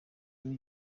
kuri